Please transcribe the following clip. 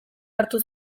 hartu